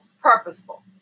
purposeful